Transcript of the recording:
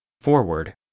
Forward